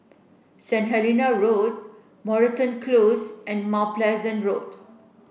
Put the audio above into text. St Helena Road Moreton Close and Mount Pleasant Road